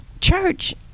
church